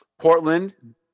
Portland –